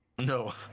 No